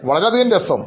വളരെ അധികംരസം